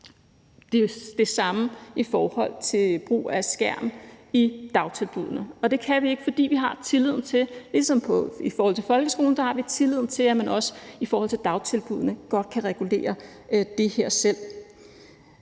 det samme i forhold til brug af skærm i dagtilbuddene. Og det kan vi ikke, fordi vi har tilliden til, ligesom vi har det i forhold til folkeskolen, at man også i forhold til dagtilbuddene godt kan regulere det her selv.